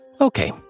Okay